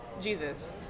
Jesus